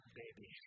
baby